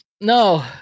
No